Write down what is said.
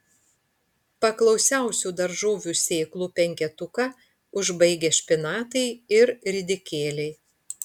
paklausiausių daržovių sėklų penketuką užbaigia špinatai ir ridikėliai